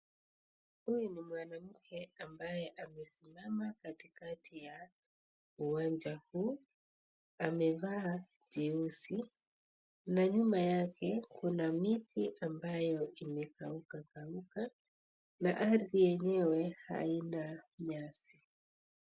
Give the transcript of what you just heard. Huyu ni mwanamke ambaye amesimama katikati ya uwanja huu amevaa jeusi na nyuma yake kuna miti ambayo imekauka kauka na ardhi yenyewe haina nyasi.